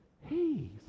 Hey